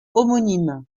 homonyme